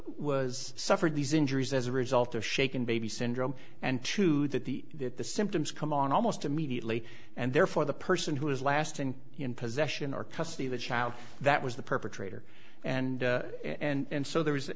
was suffered these injuries as a result of shaken baby syndrome and two that the that the symptoms come on almost immediately and therefore the person who is last in in possession or custody of the child that was the perpetrator and and so there is a